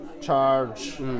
charge